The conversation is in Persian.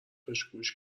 گوش